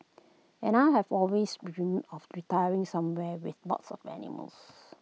and I have always dreamed of retiring somewhere with lots of animals